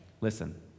Listen